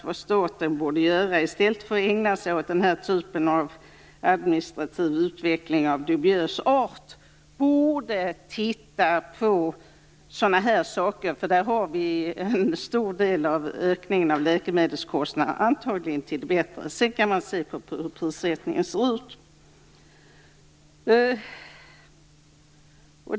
Vad staten borde göra i stället för att ägna sig åt den här typen av administrativ utveckling av dubiös art är att titta närmare på sådana här saker, för här kan säkert en stor del av läkemedelskostnaderna ändras till det bättre. Sedan kan man se på hur prissättningen ser ut.